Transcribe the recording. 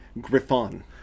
Griffon